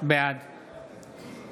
בעד